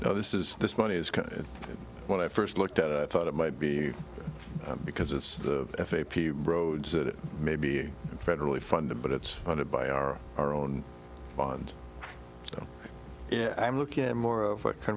you know this is this money is kind of when i first looked at it i thought it might be because it's f a p roads it may be federally funded but it's funded by our our own bond so yeah i'm looking at more of a kind